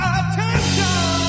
attention